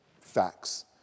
facts